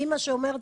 אימא שאומרת,